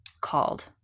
called